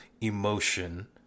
emotion